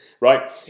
right